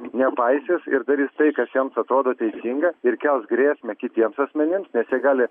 nepaisys ir darys tai kas jiems atrodo teisinga ir kels grėsmę kitiems asmenims nes jie gali